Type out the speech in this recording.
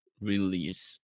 release